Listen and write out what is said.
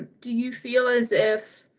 do you feel as if